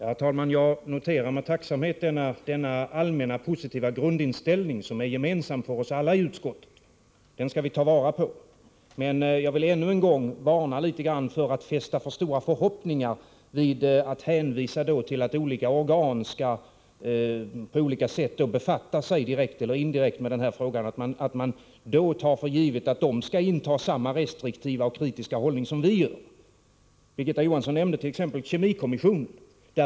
Herr talman! Jag noterar med tacksamhet den allmänt positiva grundinställning som är gemensam för oss alla i utskottet. Den skall vi ta vara på. Men jag vill ännu en gång varna litet grand för att fästa så stora förhoppningar vid att hänvisa till att olika organ skall befatta sig direkt eller indirekt med frågan att man tar för givet att de då skall inta samma restriktiva och kritiska hållning som vi gör. Birgitta Johansson nämnde t.ex. kemikommissionen.